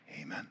Amen